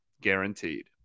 guaranteed